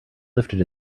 lifted